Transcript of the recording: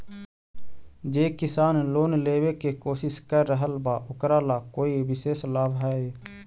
जे किसान लोन लेवे के कोशिश कर रहल बा ओकरा ला कोई विशेष लाभ हई?